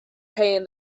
pain